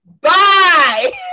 Bye